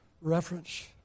reference